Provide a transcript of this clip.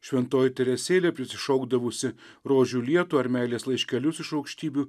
šventoji teresėlė prisišaukdavusi rožių lietų ar meilės laiškelius iš aukštybių